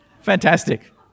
Fantastic